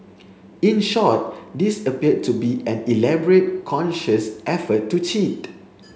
in short this appeared to be an elaborate conscious effort to cheat